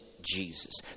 Jesus